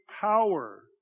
power